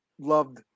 loved